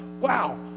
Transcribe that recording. wow